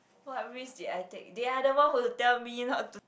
what risk did I take they are the one who tell me not to